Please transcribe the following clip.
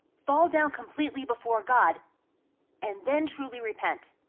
fall down completely before god and then truly repent.